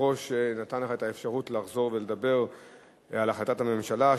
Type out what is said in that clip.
היושב-ראש נתן לך את האפשרות לחזור ולדבר על החלטת הממשלה.